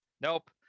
nope